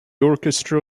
orchestra